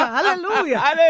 Hallelujah